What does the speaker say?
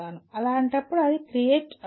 అలాంటప్పుడు అది క్రియేట్ అవ్వదు